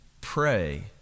pray